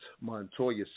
Montoya